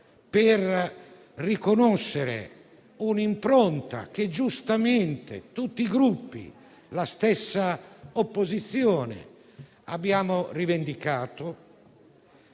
per riconoscere un'impronta che giustamente tutti i Gruppi, compresa la stessa opposizione, hanno rivendicato.